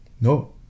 No